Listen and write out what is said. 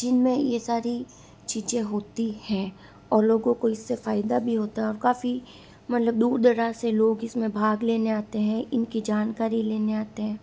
जिनमे यह सारी चीज़ें होती हैं और लोगों को इनसे फ़ायदा भी होता और काफ़ी मतलब दूर दराज से लोग इसमें भाग लेने आते हैं इनकी जानकारी लेने आते हैं